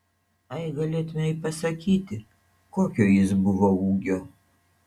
ai galėtumei pasakyti kokio jis buvo ūgio